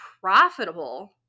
profitable